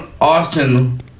Austin